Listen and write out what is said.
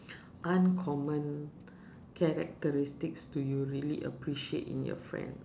uncommon characteristics do you really appreciate in your friend